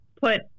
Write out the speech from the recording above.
put